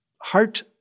heart